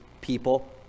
people